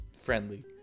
friendly